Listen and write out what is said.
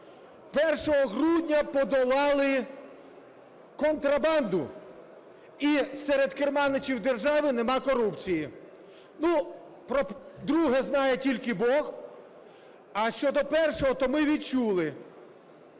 1 грудня подолали контрабанду і серед керманичів держави немає корупції. Ну, про друге знає тільки Бог. А щодо першого, то ми відчули.